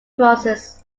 crosses